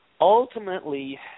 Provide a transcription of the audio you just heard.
Ultimately